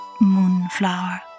Moonflower